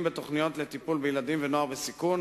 בתוכניות לטיפול בילדים ובנוער בסיכון